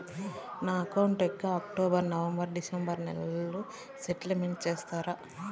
నా అకౌంట్ యొక్క October, November, December నెలల స్టేట్మెంట్ ఇస్తారా?